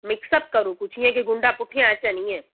mix up करूं जीअं की गुंडा पुठियां अचनि ईएं